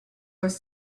was